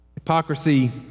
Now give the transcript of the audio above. Hypocrisy